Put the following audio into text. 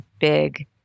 big